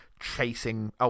chasing